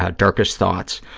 ah darkest thoughts,